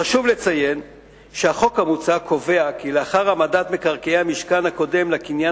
חשוב לציין שהחוק המוצע קובע כי לאחר העמדת מקרקעי המשכן הקודם לקניין